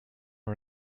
are